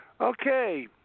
Okay